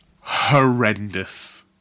horrendous